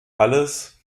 alles